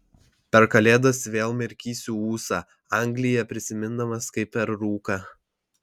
per kalėdas vėl mirkysiu ūsą angliją prisimindamas kaip per rūką